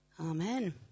Amen